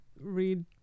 read